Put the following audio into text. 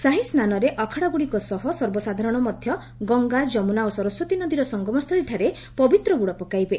ସାହିସ୍ନାନରେ ଆଖଡାଗୁଡ଼ିକ ସହ ସର୍ବସାଧାରଣ ମଧ୍ୟ ଗଙ୍ଗା ଯମୁନା ଓ ସରସ୍ୱତୀ ନଦୀର ସଙ୍ଗମସ୍ଥଳୀଠାରେ ପବିତ୍ର ବୁଡ ପକାଇବେ